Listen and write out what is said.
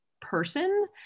person